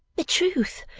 the truth,